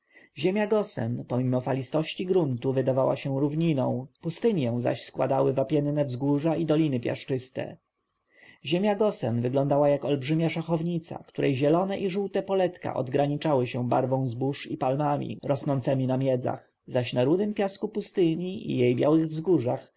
ziemia gosen pomimo falistości gruntu wydawała się równiną pustynię zaś składały wapienne wzgórza i doliny piaszczyste ziemia gosen wyglądała jak olbrzymia szachownica której zielone i żółte poletka odgraniczały się barwą zbóż i palmami rosnącemi na miedzach zaś na rudym piasku pustyni i jej białych wzgórzach